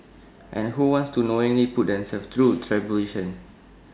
and who wants to knowingly put themselves through tribulation